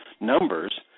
numbers